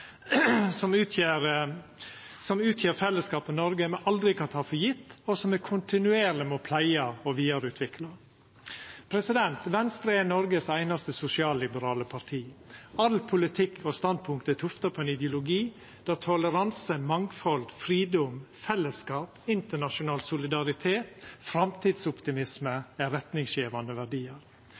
som utgjer fellesskapet Noreg, som me aldri kan ta for gitt, og som me kontinuerleg må pleia og vidareutvikla. Venstre er Noregs einaste sosialliberale parti. All politikk og alle standpunkt er tufta på ein ideologi der toleranse, mangfald, fridom, fellesskap, internasjonal solidaritet og framtidsoptimisme er retningsgjevande verdiar.